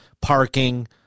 parking